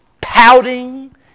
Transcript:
Pouting